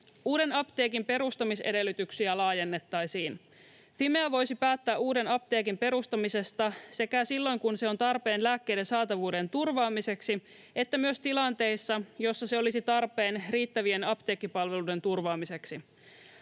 Uuden apteekin perustamisedellytyksiä laajennettaisiin. Fimea voisi päättää uuden apteekin perustamisesta sekä silloin, kun se on tarpeen lääkkeiden saatavuuden turvaamiseksi, että myös tilanteissa, joissa se olisi tarpeen riittävien apteekkipalveluiden turvaamiseksi.